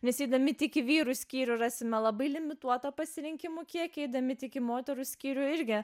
nes eidami tik į vyrų skyrių rasime labai limituotą pasirinkimų kiekį eidami tik į moterų skyrių irgi